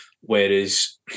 Whereas